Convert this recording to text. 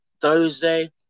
Thursday